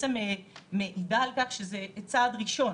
מעידה על כך שזה צעד ראשון,